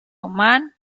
omán